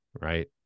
Right